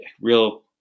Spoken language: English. real